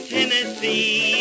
Tennessee